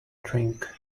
drink